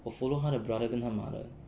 我 follow 她的 brother 跟她 mother